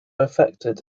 affected